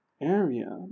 area